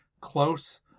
close